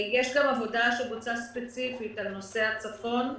יש עבודה שבוצעה ספציפית על נושא הצפון,